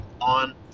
on